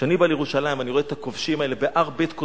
כשאני בא לירושלים אני רואה את הכובשים האלה בהר בית-קודשנו,